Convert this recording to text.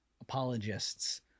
apologists